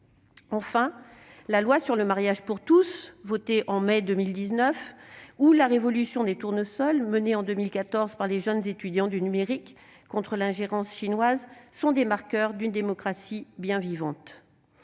Enfin, la loi sur le mariage pour tous, votée en mai 2019, ou la « révolution des tournesols », menée en 2014 par les jeunes étudiants du numérique contre l'ingérence chinoise, sont des marqueurs d'une démocratie bien vivante.